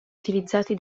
utilizzati